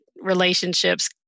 relationships